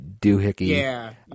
doohickey